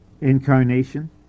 incarnation